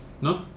no